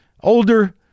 older